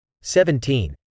seventeen